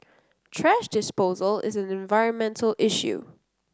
thrash disposal is an environmental issue